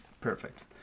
Perfect